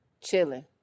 chilling